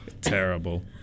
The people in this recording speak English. Terrible